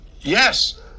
Yes